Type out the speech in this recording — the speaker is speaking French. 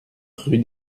rue